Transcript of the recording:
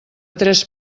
tres